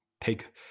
Take